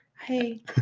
Hey